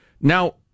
Now